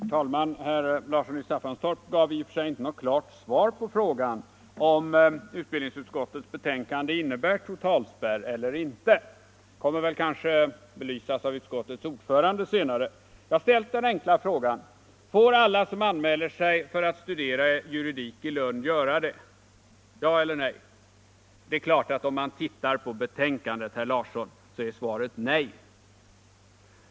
Herr talman! Herr Larsson i Staffanstorp gav i och för sig inte något klart svar på frågan om utbildningsutskottets betänkande innebär totalspärr eller inte. Det kommer kanske senare att belysas av utskottets ordförande. Jag ställde den enkla frågan: Får alla som anmäler sig för att studera juridik i Lund göra detta? Ja eller nej? Om man läser betänkandet, herr Larsson, finner man att svaret givetvis är nej.